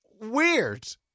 weird